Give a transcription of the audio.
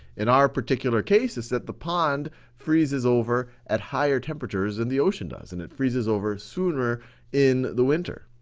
in our particular case is that the pond freezes over at higher temperatures than the ocean does, and it freezes over sooner in the winter.